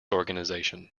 organisation